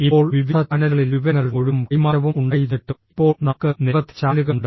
ഇപ്പോൾ വിവിധ ചാനലുകളിൽ വിവരങ്ങളുടെ ഒഴുക്കും കൈമാറ്റവും ഉണ്ടായിരുന്നിട്ടും ഇപ്പോൾ നമുക്ക് നിരവധി ചാനലുകൾ ഉണ്ട്